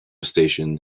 station